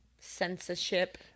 Censorship